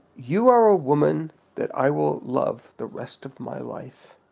you are a woman that i will love the rest of my life.